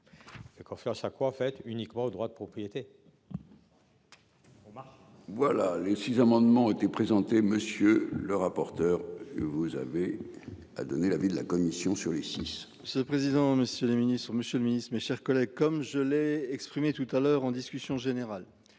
La confiance à quoi en fait uniquement au droit de propriété. Voilà les 6 amendements était présenté monsieur le rapporteur. Vous avez à donner l'avis de la commission sur les six. Ce président, Monsieur le Ministre, Monsieur le Ministre, mes chers collègues, comme je l'ai exprimé tout à l'heure en discussion générale.